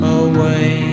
away